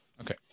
okay